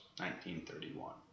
1931